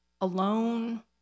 alone